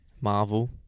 Marvel